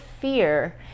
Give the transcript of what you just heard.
fear